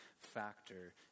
factor